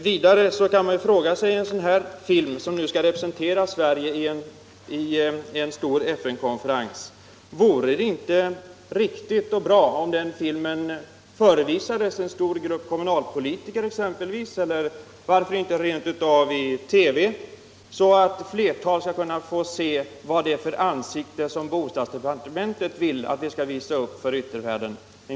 Vore det inte riktigt och bra om en sådan här film, som nu skall representera Sverige vid en stor FN-konferens, visades för en stor grupp kommunalpolitiker exempelvis, eller varför inte rent av i TV, så att ett flertal får se vilket ansikte som bostadsdepartementet vill att Sverige skall visa upp för yttervärlden?